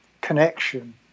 connection